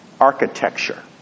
architecture